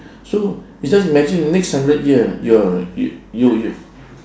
so you just imagine the next hundred year you're you you